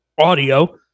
audio